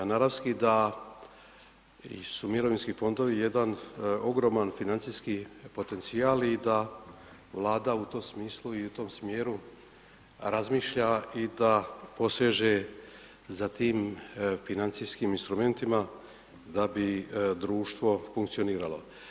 Naravski da su mirovinski fondovi jedan ogroman financijski potencijal i da Vlada u tom smislu i u tom smjeru razmišlja i da poseže za tim financijskim instrumentima da bi društvo funkcioniralo.